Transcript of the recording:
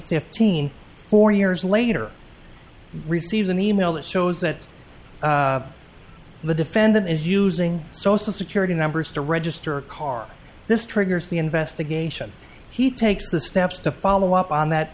fifth teen four years later received an e mail that shows that the defendant is using social security numbers to register a car this triggers the investigation he takes the steps to follow up on that